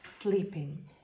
sleeping